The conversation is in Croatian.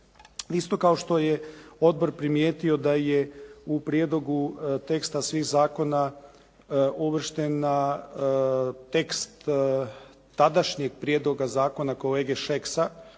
Isto kao što je odbor primijetio da je u prijedlogu teksta svih zakona uvrštena tekst tadašnjeg prijedloga zakona kolege Šeksa,